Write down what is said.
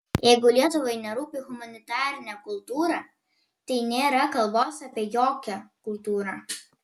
jeigu lietuvai nerūpi humanitarinė kultūra tai nėra kalbos apie jokią kultūrą